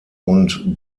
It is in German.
und